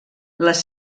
les